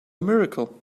miracle